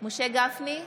משה גפני,